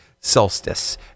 solstice